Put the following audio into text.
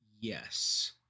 yes